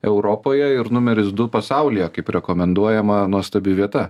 europoje ir numeris du pasaulyje kaip rekomenduojama nuostabi vieta